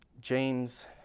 James